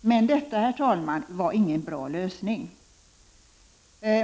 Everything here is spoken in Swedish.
men detta, herr talman, var ingen bra lösning.